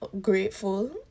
grateful